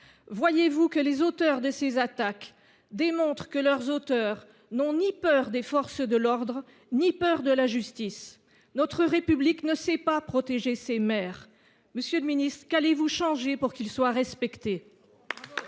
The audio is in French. voyez vous ?– ces attaques démontrent que leurs auteurs n’ont ni peur des forces de l’ordre ni peur de la justice ! Notre République ne sait pas protéger ses maires. Monsieur le Premier ministre, qu’allez vous changer pour qu’ils soient respectés ?